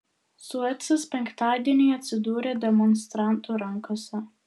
suecas penktadienį atsidūrė demonstrantų rankose